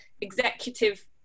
executive